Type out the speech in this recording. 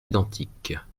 identiques